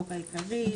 החוק העיקרי),